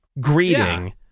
greeting